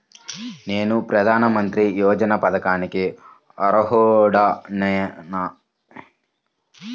నేను ప్రధాని మంత్రి యోజన పథకానికి అర్హుడ నేన?